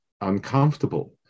uncomfortable